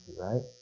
right